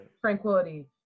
tranquility